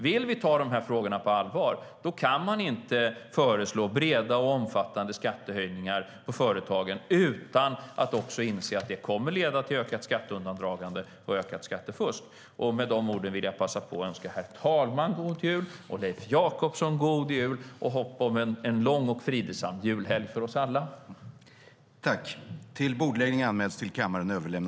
Om man tar frågorna på allvar kan man inte föreslå breda och omfattande skattehöjningar för företagen utan att också inse att det kommer att leda till ökat skatteundandragande och ökat skattefusk. Med de orden vill jag passa på att önska herr talmannen och Leif Jakobsson god jul med hopp om en lång och fridsam julhelg för oss alla.